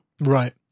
Right